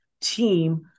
team